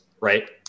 right